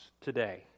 today